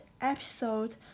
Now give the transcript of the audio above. episode